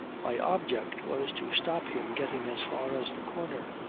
my object was to stop him getting as far as the corner.